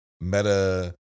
meta